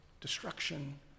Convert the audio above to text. destruction